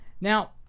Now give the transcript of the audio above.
Now